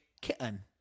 kitten